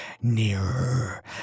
nearer